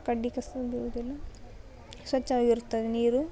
ಕಡ್ಡಿ ಕೆಸ್ರು ಬೀಳೊದಿಲ್ಲ ಸ್ವಚ್ಛವಾಗಿರುತ್ತದೆ ನೀರು